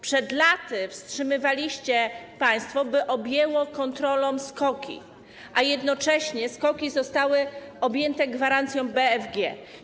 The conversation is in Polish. Przed laty wstrzymywaliście państwo, by objęło kontrolą SKOK-i, a jednocześnie SKOK-i zostały objęte gwarancją BFG.